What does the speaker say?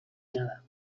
nada